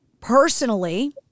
personally